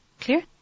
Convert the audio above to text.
Clear